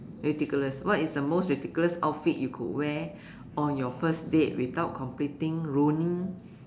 ridiculous what is the most ridiculous outfit you could wear on your first date without completing ruining